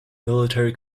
military